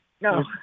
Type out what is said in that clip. no